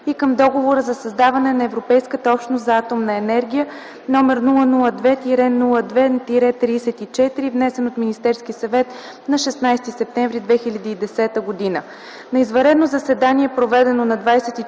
и към Договора за създаване на Европейската общност за атомна енергия под № 002 02 34, внесен от Министерския съвет на 16 септември 2010 г.